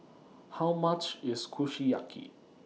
How much IS Kushiyaki